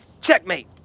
Checkmate